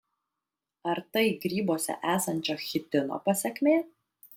ar tai grybuose esančio chitino pasekmė